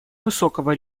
высокого